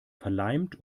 verleimt